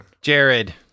Jared